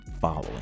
following